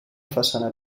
façana